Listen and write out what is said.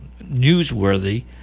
newsworthy